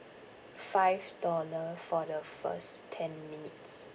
five dollar for the first ten minutes